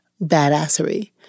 badassery